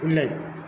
இல்லை